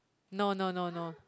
no no no no